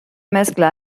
mescla